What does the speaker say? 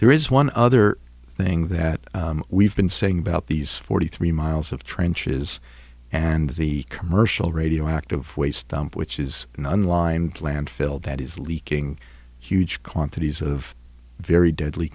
there is one other thing that we've been saying about these forty three miles of trenches and the commercial radioactive waste dump which is an unlined landfill that is leaking huge quantities of very deadly